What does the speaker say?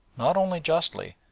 not only justly,